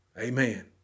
amen